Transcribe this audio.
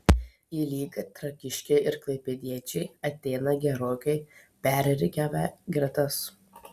į lygą trakiškiai ir klaipėdiečiai ateina gerokai perrikiavę gretas